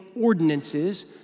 ordinances